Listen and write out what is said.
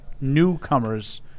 newcomers